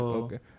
okay